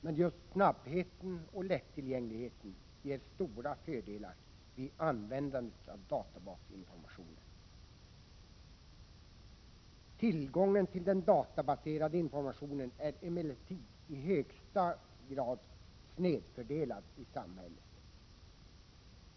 Men just snabbheten och lättillgängligheten ger stora fördelar vid användandet av databasinformationen. Tillgången till den databaserade informationen är emellertid i högsta grad snedfördelad i samhället.